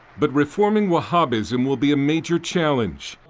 but reforming wahabism will be a major challenge.